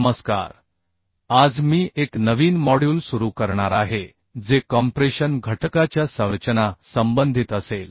नमस्कार आज मी एक नवीन मॉड्यूल सुरू करणार आहे जे कॉम्प्रेशन घटकाच्या संरचना संबंधित असेल